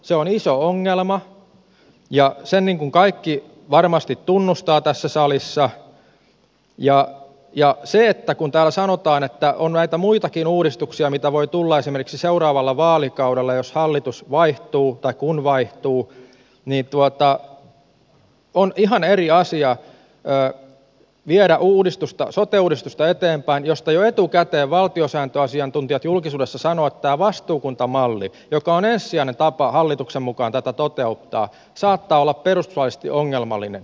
se on iso ongelma ja sen kaikki varmasti tunnustavat tässä salissa ja kun täällä sanotaan että on näitä muitakin uudistuksia mitä voi tulla esimerkiksi seuraavalla vaalikaudella jos hallitus vaihtuu tai kun vaihtuu on ihan eri asia viedä sote uudistusta eteenpäin josta jo etukäteen valtiosääntöasiantuntijat julkisuudessa sanoivat että tämä vastuukuntamalli joka on ensisijainen tapa hallituksen mukaan tätä toteuttaa saattaa olla perustuslaillisesti ongelmallinen